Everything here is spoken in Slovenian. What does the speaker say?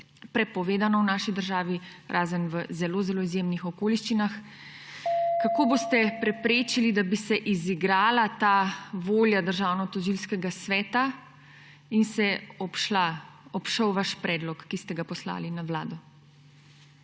prepovedano v naši državi, razen v zelo, zelo izjemnih okoliščinah –, kako boste preprečili, da bi se izigrala ta volja Državnotožilskega sveta in se obšel vaš predlog, ki ste ga poslali na Vlado?